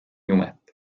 jumet